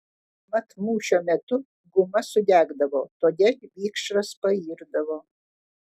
mat mūšio metu guma sudegdavo todėl vikšras pairdavo